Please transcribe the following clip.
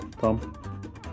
Tom